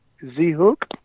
Z-Hook